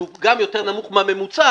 שהוא גם יותר נמוך מהממוצע,